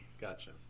gotcha